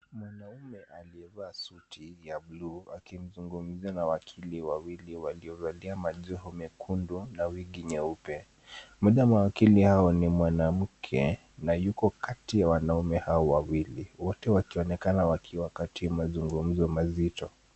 Mwanaume aliyevalia suti ya buluu akizungumza na wakili wawili waliovalia majeho mekundu na wigi nyeupe. Mmoja wa mawakili ni mwanamke na yuko kati ya wanaume hawa wawili. Wote wakionekana kati ya mazungumzo mazito.